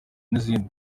n’izindi